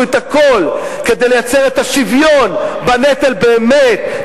את הכול כדי לייצר את השוויון בנטל באמת,